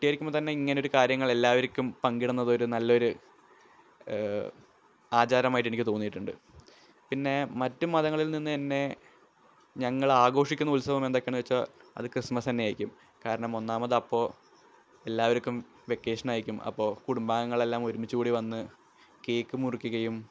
കുട്ടി ആയിരിക്കുമ്പോള് തന്നെ ഇങ്ങനൊരു കാര്യങ്ങൾ എല്ലാവർക്കും പങ്കിടുന്നതൊരു നല്ലൊരു ആചാരം ആയിട്ടെനിക്ക് തോന്നിയിട്ടുണ്ട് പിന്നെ മറ്റ് മതങ്ങളിൽ നിന്നെന്നേ ഞങ്ങൾ ആഘോഷിക്കുന്ന ഉത്സവം എന്തെക്കെയാണെന്നു വെച്ചാൽ അത് ക്രിസ്മസ് തന്നെ ആയിരിക്കും കാരണം ഒന്നാമതപ്പോള് എല്ലാവർക്കും വെക്കേഷനായിക്കും അപ്പോള് കുടുംബാഗങ്ങളെല്ലാം ഒരുമിച്ച് കൂടി വന്ന് കേക്ക് മുറിക്കുകയും